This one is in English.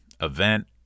event